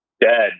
dead